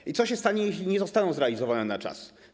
I co się stanie, jeśli nie zostaną one zrealizowane na czas?